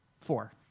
four